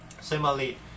Similarly